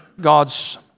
God's